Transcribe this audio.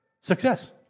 success